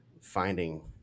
finding